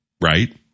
right